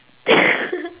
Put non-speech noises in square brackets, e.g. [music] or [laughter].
[laughs]